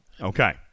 Okay